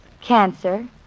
Cancer